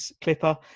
clipper